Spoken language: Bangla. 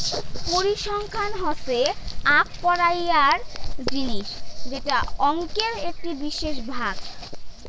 পরিসংখ্যান হসে আক পড়াইয়ার জিনিস যেটা অংকের একটি বিশেষ ভাগ